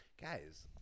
guys